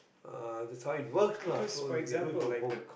uh that's how it works lah so you can do it from home